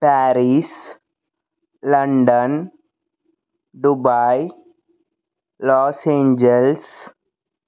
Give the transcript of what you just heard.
Paris London Dubai Los Angeles